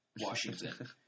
Washington